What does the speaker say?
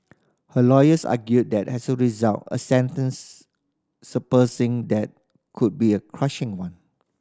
her lawyers argued that as a result a sentence surpassing that could be a crushing one